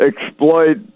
exploit